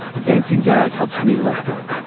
a dancing dad helps me let go.